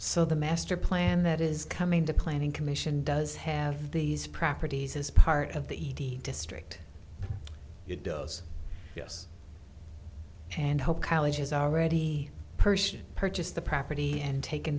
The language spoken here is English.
so the master plan that is coming to planning commission does have these properties as part of the district it does yes and help colleges already person purchase the property and taken